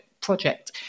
project